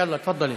יאללה, תפאדלי.